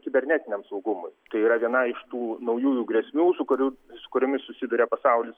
kibernetiniam saugumui tai yra viena iš tų naujųjų grėsmių su kuriu su kuriomis susiduria pasaulis